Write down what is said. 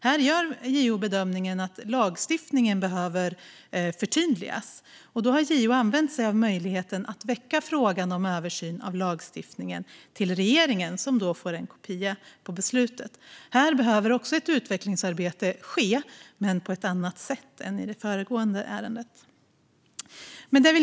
Här gör JO bedömningen att lagstiftningen behöver förtydligas, och JO har därför använt sig av möjligheten att väcka frågan om översyn av lagstiftningen till regeringen, som får en kopia av beslutet. Här behöver också ett utvecklingsarbete ske men på ett annat sätt än i det föregående ärendet.